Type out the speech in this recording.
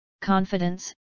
confidence